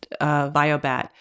Biobat